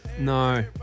No